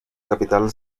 capital